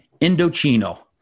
Indochino